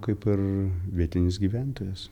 kaip ir vietinis gyventojas